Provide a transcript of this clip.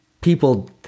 people